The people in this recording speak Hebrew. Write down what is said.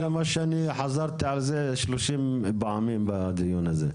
זה מה שאני חזרתי על זה 30 פעמים בדיון הזה.